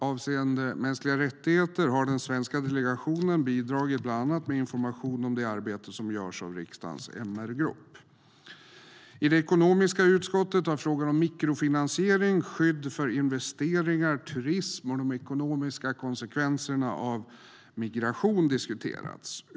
Avseende mänskliga rättigheter har den svenska delegationen bidragit bland annat med information om det arbete som görs av riksdagens MR-grupp. I det ekonomiska utskottet har mikrofinansiering, skydd för investeringar, turism och de ekonomiska konsekvenserna av migration diskuterats.